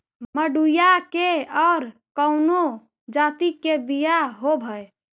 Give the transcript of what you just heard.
मडूया के और कौनो जाति के बियाह होव हैं?